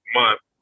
month